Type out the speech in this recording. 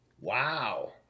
Wow